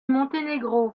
montenegro